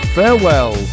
farewell